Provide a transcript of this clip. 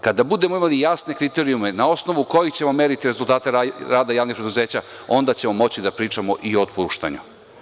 Kada budemo imali jasne kriterijume na osnovu kojih ćemo meriti rezultate rada javnih preduzeća, onda ćemo moći da pričamo i o otpuštanju.